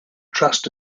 trust